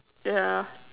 yeah